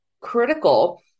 critical